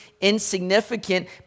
insignificant